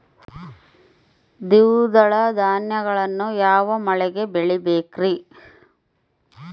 ದ್ವಿದಳ ಧಾನ್ಯಗಳನ್ನು ಯಾವ ಮಳೆಗೆ ಬೆಳಿಬೇಕ್ರಿ?